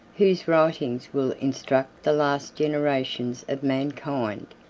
whose writings will instruct the last generations of mankind.